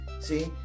See